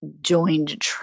joined